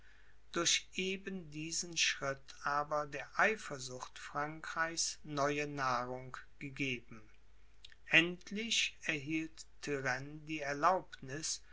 durch eben diesen schritt aber der eifersucht frankreichs neue nahrung gegeben endlich erhielt turenne die erlaubniß